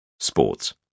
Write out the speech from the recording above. Sports